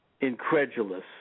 incredulous